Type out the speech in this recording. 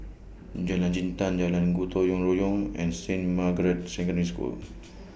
Jalan Jintan Jalan Gotong Royong and Saint Margaret's Secondary School